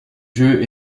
jeu